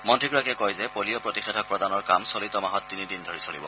মন্ত্ৰীগৰাকীয়ে কয় যে পলিঅ' প্ৰতিষেধক প্ৰদানৰ কাম চলিত মাহত তিনিদিন ধৰি চলিব